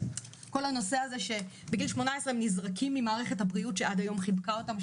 כל הנושא הזה שבגיל 18 הם נזרקים ממערכת הבריאות שעד היום חיבקה אותם,